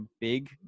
big